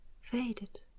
faded